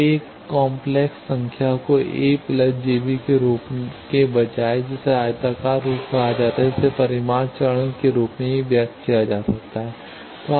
तो एक काम्प्लेक्स संख्या को a jb रूप के बजाय जिसे आयताकार रूप कहा जाता है इसे परिमाण चरण के रूप में भी व्यक्त किया जा सकता है